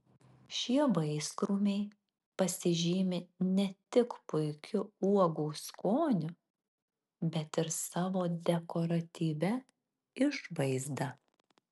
šie vaiskrūmiai pasižymi ne tik puikiu uogų skoniu bet ir savo dekoratyvia išvaizda